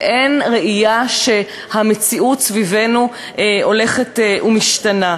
ואין ראייה שהמציאות סביבנו הולכת ומשתנה.